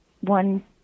one